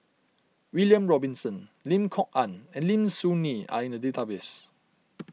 William Robinson Lim Kok Ann and Lim Soo Ngee are in the database